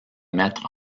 mettre